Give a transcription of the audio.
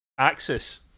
Axis